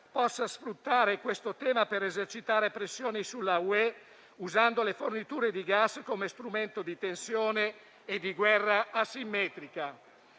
possa sfruttare questo tema per esercitare pressione sull'UE, usando le forniture di gas come strumento di tensione e di guerra asimmetrica.